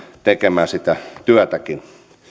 tekemään sitä työtäkin